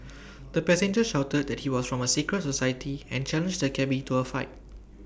the passenger shouted that he was from A secret society and challenged the cabby to A fight